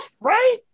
right